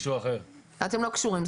אתם לא קשורים.